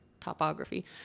topography